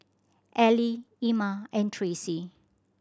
Ellie Ima and Tracey